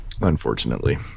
unfortunately